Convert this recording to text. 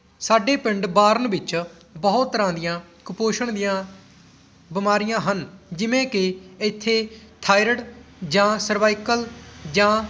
ਸਾਡੇ ਪਿੰਡ ਬਾਰਨ ਵਿੱਚ ਬਹੁਤ ਤਰ੍ਹਾਂ ਦੀਆਂ ਕੁਪੋਸ਼ਣ ਦੀਆਂ ਬਿਮਾਰੀਆਂ ਹਨ ਜਿਵੇਂ ਕਿ ਇੱਥੇ ਥਾਇਰਡ ਜਾਂ ਸਰਵਾਈਕਲ ਜਾਂ